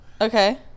Okay